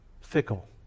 Fickle